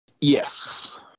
Yes